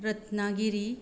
Ratnagiri